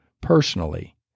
personally